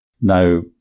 No